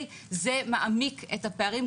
זה מעמיק את הפערים.